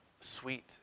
sweet